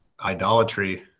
idolatry